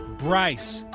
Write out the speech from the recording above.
bryce,